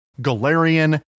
Galarian